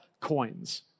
coins